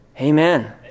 Amen